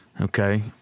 Okay